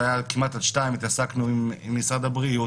כמעט עד שעה 2:00 לפנות בוקר עסקנו עם משרד הבריאות,